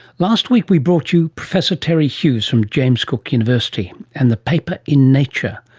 last week we brought you professor terry hughes from james cook university and the paper in nature,